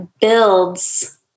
builds